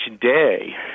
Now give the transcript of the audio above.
day